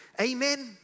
Amen